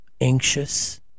anxious